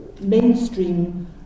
mainstream